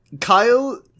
Kyle